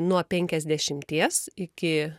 nuo penkiasdešimties iki